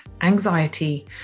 anxiety